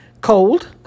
cold